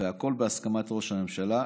הכול בהסכמת ראש הממשלה,